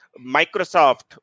Microsoft